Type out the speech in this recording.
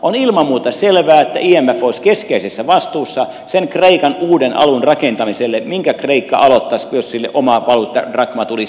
on ilman muuta selvää että imf olisi keskeisessä vastuussa kreikan uuden alun rakentamisessa minkä kreikka aloittaisi jos sille oma valuutta drakma tulisi